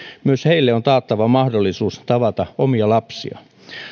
myös heille on taattava mahdollisuus tavata omia lapsiaan